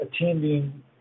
Attending